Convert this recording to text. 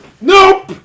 Nope